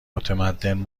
متمدن